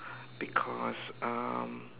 because um